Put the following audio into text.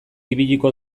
ibiliko